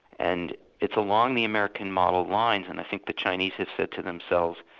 and it's along the american model lines, and i think the chinese have said to themselves,